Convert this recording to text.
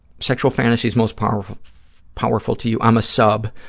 sexual fantasies most powerful powerful to you. i'm a sub,